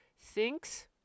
thinks